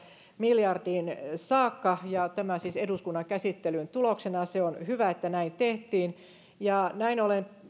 miljardiin saakka ja tämä siis eduskunnan käsittelyn tuloksena on hyvä että näin tehtiin ja näin ollen